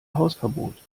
hausverbot